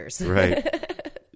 Right